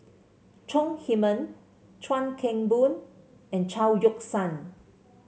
Chong Heman Chuan Keng Boon and Chao Yoke San